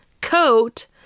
coat